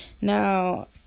Now